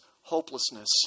hopelessness